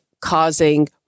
causing